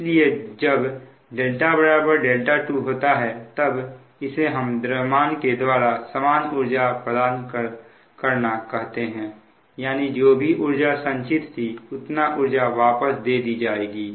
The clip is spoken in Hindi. इसलिए जब δ δ2 होता है तब इसे हम द्रव्यमान के द्वारा समान ऊर्जा प्रदान करना कहते हैं यानी जो भी ऊर्जा संचित थी उतनी ऊर्जा वापस दे दी जाएगी